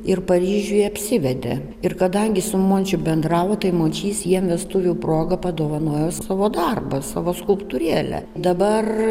ir paryžiuje apsivedė ir kadangi su mončiu bendravo tai mončys jiem vestuvių proga padovanojo savo darbą savo skulptūrėlę dabar